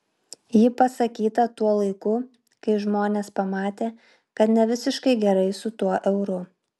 ji pasakyta tuo laiku kai žmonės pamatė kad ne visiškai gerai su tuo euru